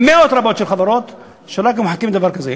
מאות רבות של חברות שרק מחכות לדבר כזה.